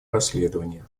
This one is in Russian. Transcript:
расследования